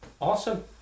Awesome